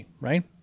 right